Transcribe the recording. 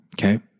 Okay